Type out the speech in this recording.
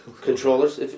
Controllers